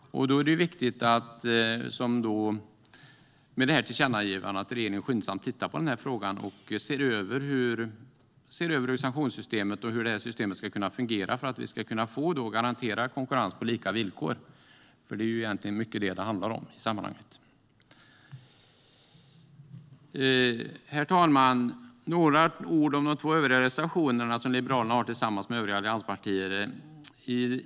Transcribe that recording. Det är viktigt med det här tillkännagivandet att regeringen skyndsamt tittar på frågan och ser över hur sanktionssystemet ska fungera för att vi ska kunna garantera konkurrens på lika villkor. Det är ju mycket det som det handlar om i sammanhanget. Herr talman! Jag vill säga några ord om Liberalernas två övriga reservationer, som vi har väckt tillsammans med övriga allianspartier.